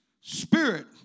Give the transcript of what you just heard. spirit